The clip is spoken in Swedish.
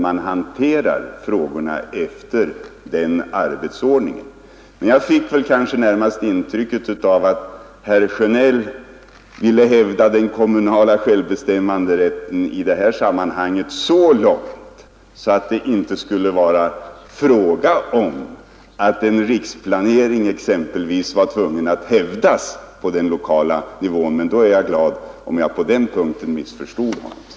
Men jag fick närmast intrycket att herr Sjönell ville slå vakt om den kommunala självbestämmanderätten i detta sammanhang så långt, att vi inte skulle kunna hävda riksplaneintressen gentemot kommunerna. Jag är emellertid glad om jag missförstod honom på denna punkt.